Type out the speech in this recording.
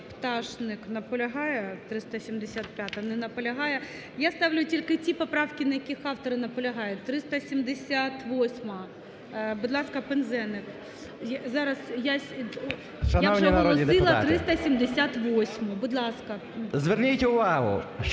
Пташник наполягає? 375-а. Не наполягає. Я ставлю тільки ті поправки, на яких автор наполягає. 378-а. Будь ласка, Пинзеник. Зараз…